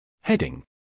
Heading